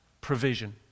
provision